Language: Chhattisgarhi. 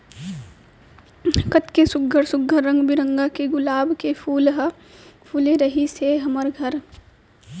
कतेक सुग्घर सुघ्घर रंग बिरंग के गुलाब के फूल ह फूले रिहिस हे हमर घर